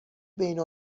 بین